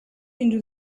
into